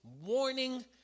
warning